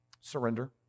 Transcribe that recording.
surrender